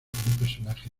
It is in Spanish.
personaje